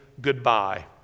Goodbye